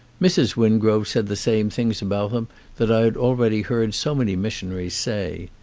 mrs. win grove said the same things about them that i had already heard so many missionaries say.